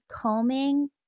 combing